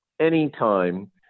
anytime